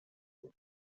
wurde